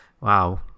wow